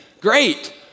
Great